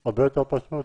ויהיה הרבה יותר פשוט.